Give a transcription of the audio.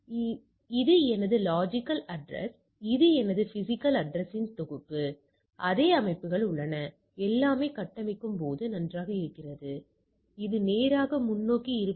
எனவே கை வர்க்கப் பரவலிடம் கட்டின்மை கூறுகளின் சராசரி இருக்கும் மாறுபட்டு அளவை கட்டின்மை கூறுகளை விட 2 மடங்கு இருக்கும்